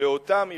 לאותם ארגונים,